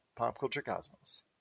PopCultureCosmos